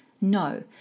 No